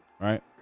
right